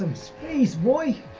space voyage